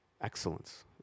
excellence